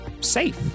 safe